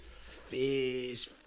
Fish